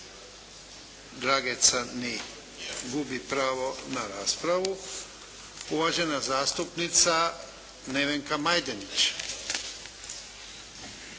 Drageca ni'. Gubi pravo na raspravu. Uvažena zastupnica Nevenka Majdenić.